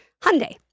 Hyundai